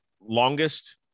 longest